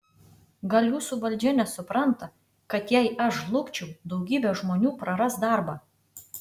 gal jūsų valdžia nesupranta kad jei aš žlugčiau daugybė žmonių praras darbą